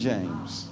James